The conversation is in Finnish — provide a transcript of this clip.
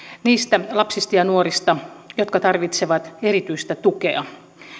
niistä lapsista ja nuorista jotka tarvitsevat erityistä tukea